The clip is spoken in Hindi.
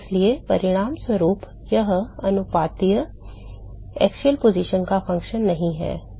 इसलिए परिणामस्वरूप यह अनुपात अक्षीय स्थिति का फ़ंक्शन नहीं है